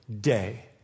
day